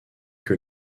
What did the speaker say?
que